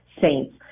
saints